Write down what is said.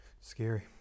Scary